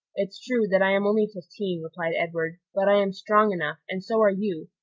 it's true that i am only fifteen, replied edward, but i am strong enough, and so are you.